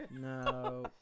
No